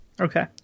Okay